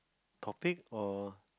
topic or